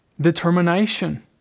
determination